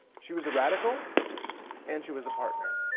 she was a radical and she was a partner,